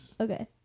Okay